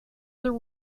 other